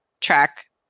track